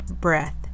breath